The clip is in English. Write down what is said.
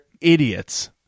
idiots